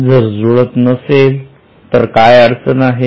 जर जुळत नसेल तर काय अडचण आहे